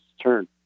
turn